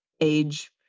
age